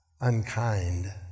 unkind